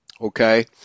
okay